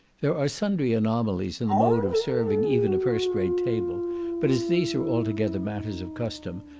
there are sundry anomalies in the mode of serving even a first-rate table but as these are altogether matters of custom,